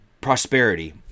prosperity